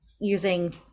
using